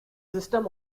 system